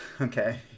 okay